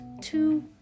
two